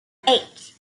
eight